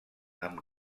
amb